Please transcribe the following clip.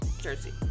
jersey